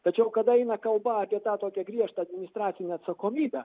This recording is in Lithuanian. tačiau kada eina kalba apie tą tokią griežtą administracinę atsakomybę